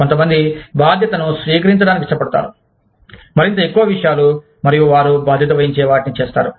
కొంతమంది బాధ్యతను స్వీకరించడానికి ఇష్టపడతారు మరింత ఎక్కువ విషయాలు మరియు వారు బాధ్యత వహించే వాటిని చేస్తారు